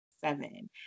seven